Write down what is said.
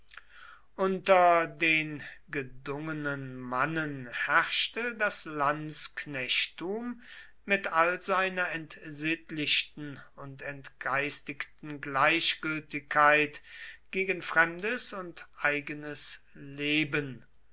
unter den gedungenen mannen herrschte das lanzknechttum mit all seiner entsittlichten und entgeistigten gleichgültigkeit gegen fremdes und eigenes leben